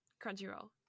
Crunchyroll